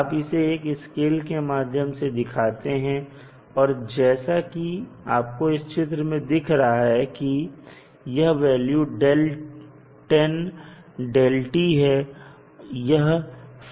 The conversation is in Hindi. आप इसे एक स्केल के माध्यम से दिखाते हैं और जैसा कि आपको इस चित्र में दिख रहा है कि यह वैल्यू 10 है